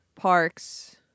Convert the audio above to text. Parks